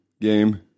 game